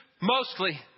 Mostly